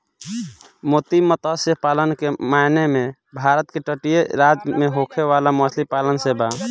मोती मतस्य पालन के माने भारत के तटीय राज्य में होखे वाला मछली पालन से बा